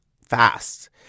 fast